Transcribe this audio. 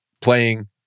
playing